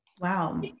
Wow